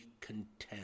content